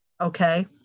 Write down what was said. okay